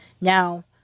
Now